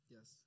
Yes